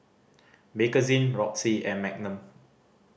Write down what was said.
Bakerzin Roxy and Magnum